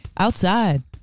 Outside